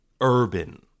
urban